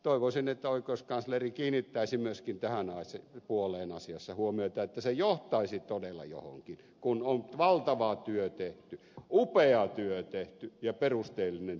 toivoisin että oikeuskansleri kiinnittäisi myöskin tähän puoleen asiassa huomiota että se johtaisi todella johonkin kun on valtava työ tehty upea työ tehty ja perusteellinen työ tehty